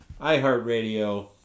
iHeartRadio